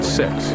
six